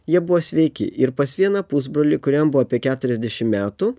jie buvo sveiki ir pas vieną pusbrolį kuriam buvo apie keturiasdešim metų